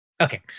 Okay